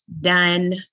done